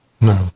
No